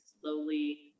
slowly